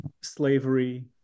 slavery